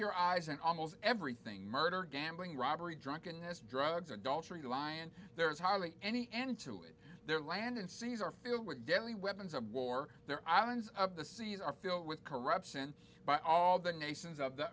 your eyes and almost everything murder gambling robbery drunkenness drugs adultery lying there is hardly any end to it their land and seas are filled with deadly weapons of war there islands of the seas are filled with corruption by all the nations of the